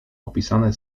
opisane